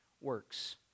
works